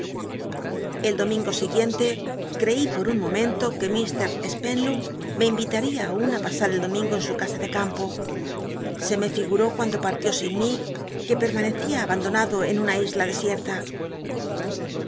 el domingo siguiente creí por un mo mento que mr spenlow me invitaría aun á pasa r el domingo en su casa de campo se me figuró cuando partió sin mí que permanecía abandonado en una isla desierta